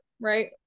Right